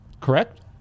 Correct